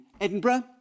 Edinburgh